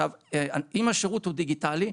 אם השירות הוא דיגיטלי,